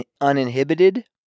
uninhibited